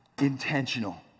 Intentional